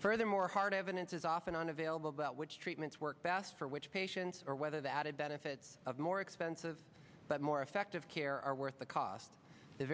furthermore hard evidence is often unavailable but which treatments work best for which patients are whether the added benefits of more expensive but more effective care are worth the cost the